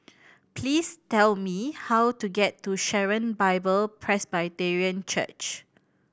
please tell me how to get to Sharon Bible Presbyterian Church